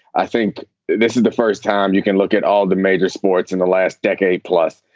i think this is the first time you can look at all the major sports in the last decade. plus,